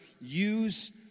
use